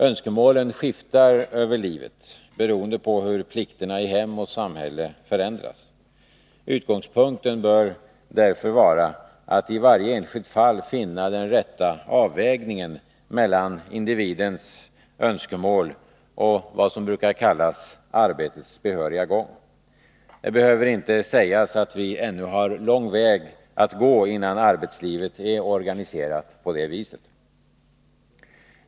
Önskemålen skiftar över livet beroende på hur plikterna i hem och samhälle förändras. Utgångspunkten bör därför vara att i varje enskilt fall finna den rätta avvägningen mellan individernas önskemål och ”arbetets behöriga gång”. Det behöver inte sägas att vi ännu har lång väg att gå innan arbetslivet är organiserat på det viset.